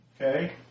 Okay